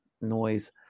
noise